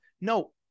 no